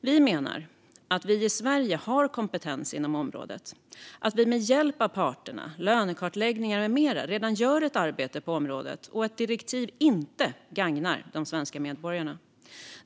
Vi menar att vi i Sverige har kompetens inom området och att vi med hjälp av parterna, lönekartläggningar med mera redan gör ett arbete på området och att ett direktiv inte gagnar de svenska medborgarna.